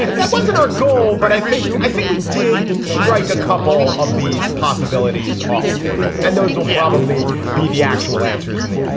it wasn't our goal, but i think i think we did strike a couple of these possibilities off the table and those will be palpably be the actual answers in the end.